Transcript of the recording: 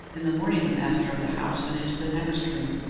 in the morning the master of the house went into the next room,